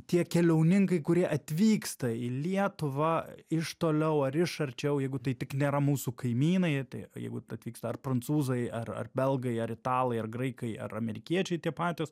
tie keliauninkai kurie atvyksta į lietuvą iš toliau ar iš arčiau jeigu tai tik nėra mūsų kaimynai jie tai jeigu atvyksta ar prancūzai ar ar belgai ar italai ar graikai ar amerikiečiai tie patys